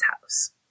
house